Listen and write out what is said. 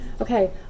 Okay